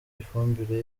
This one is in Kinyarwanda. ifumbire